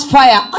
fire